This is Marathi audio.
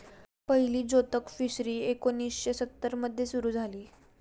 पहिली जोतक फिशरी एकोणीशे सत्तर मध्ये सुरू झाली